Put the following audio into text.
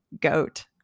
goat